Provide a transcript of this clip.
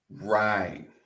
Right